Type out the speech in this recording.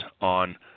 on